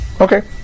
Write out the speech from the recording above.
okay